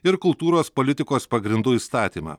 ir kultūros politikos pagrindų įstatymą